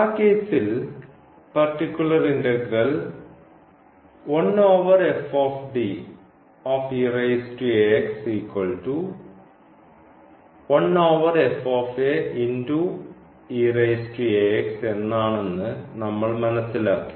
ആ കേസിൽ particular integral എന്നാണെന്ന് നമ്മൾ മനസ്സിലാക്കി